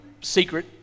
secret